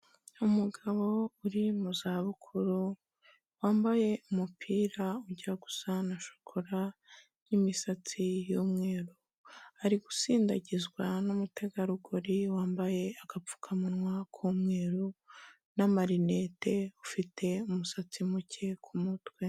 Umugabo uri mu zabukuru wambaye umupira ujya gusana shokora n'imisatsi y'umweru, ari gusindagizwa n'umutegarugori wambaye agapfukamunwa k'umweru n'amarinete ufite umusatsi muke ku mutwe.